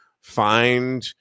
find